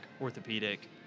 orthopedic